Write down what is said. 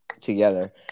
together